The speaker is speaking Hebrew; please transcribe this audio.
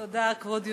תודה, כבוד היושב-ראש.